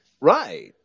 Right